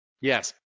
Yes